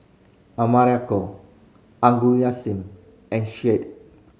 Americo Augustin and Shade